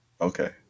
Okay